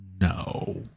No